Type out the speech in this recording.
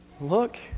look